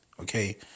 Okay